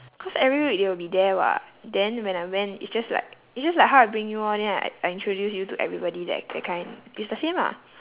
cause every week they will be there [what] then when I went it's just like it's just like how I bring you lor then I I introduce you to everybody that that kind it's the same ah